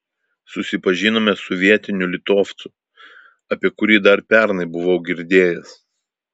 susipažinome su vietiniu litovcu apie kurį dar pernai buvau girdėjęs